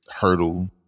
hurdle